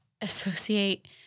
associate –